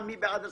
מי בעד הסעיף?